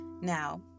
Now